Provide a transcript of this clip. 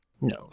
No